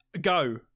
go